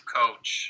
coach